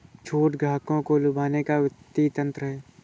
छूट ग्राहकों को लुभाने का वित्तीय तंत्र है